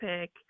pick